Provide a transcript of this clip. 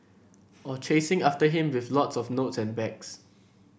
or chasing after him with lots of notes and bags